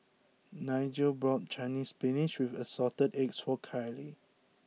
Nigel bought chinese spinach with assorted eggs for Kylie